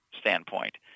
standpoint